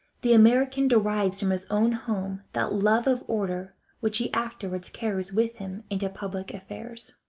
the american derives from his own home that love of order which he afterwards carries with him into public affairs.